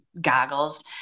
goggles